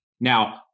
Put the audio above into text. Now